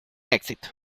éxito